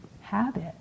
habit